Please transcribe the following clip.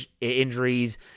injuries